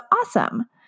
awesome